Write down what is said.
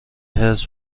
حرص